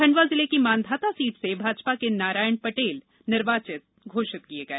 खंडवा जिले की मांधाता सीट से भाजपा के नारायण पटेल निर्वाचित घोषित किये गए